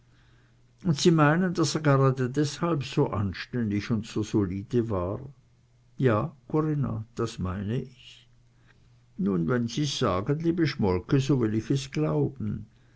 und sie meinen daß er gerade deshalb so sehr anständig und so solide war ja corinna das mein ich nun wenn sie's sagen liebe schmolke so will ich es glauben